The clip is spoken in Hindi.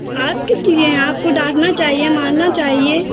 आप किस लिए हैं आपको डाँटना चाहिए मारना चाहिए